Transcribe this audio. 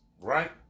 Right